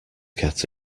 get